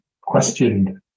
questioned